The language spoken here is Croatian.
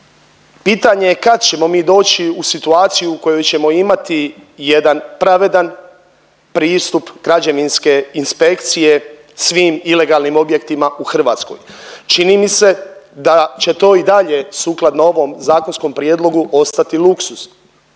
pitanje je kad ćemo mi doći u situaciju u kojoj ćemo imati jedan pravedan pristup građevinske inspekcije svim ilegalnim objektima u Hrvatskoj? Čini mi se da će to i dalje sukladno ovom zakonskom prijedlogu ostati luksuz,